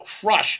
crush